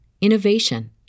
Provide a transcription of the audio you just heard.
innovation